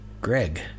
Greg